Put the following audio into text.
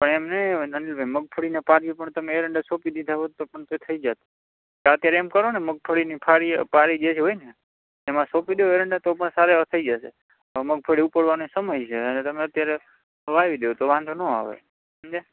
પણ એમ નહિ હવે અનિલભાઈ મગફળીના પાળીએ પણ તમે એરંડા સોંપી દીધા હોત તો પણ તો થઇ જાત અત્યારે એમ કરો ને મગફળીની ફારી પાળી જે હોય ને એમાં સોંપી દો એરંડા તો પણ સારા એવાં થઇ જશે હવે મગફળી ઉપાડવાનો સમય છે અને તમે અત્યારે વાવી દો તો વાંધો ન આવે સમજ્યા